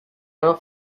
never